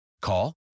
Call